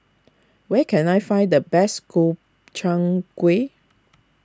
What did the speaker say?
where can I find the best Gobchang Gui